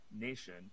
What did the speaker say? nation